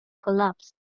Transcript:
collapsed